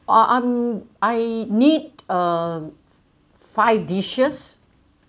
oh I'm I need uh five dishes